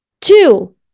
two